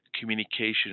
communication